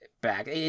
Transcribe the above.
back